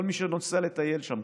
כל מי שנוסע לטייל שם,